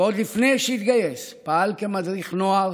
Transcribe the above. ועוד לפני שהתגייס פעל כמדריך נוער,